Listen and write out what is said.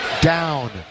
down